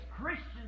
Christians